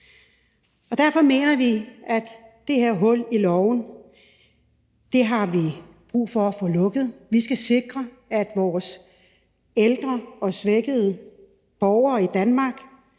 Og derfor mener vi, at vi har brug for at få lukket det her hul i loven. Vi skal sikre, at vores ældre og svækkede borgere i Danmark